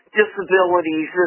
disabilities